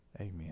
Amen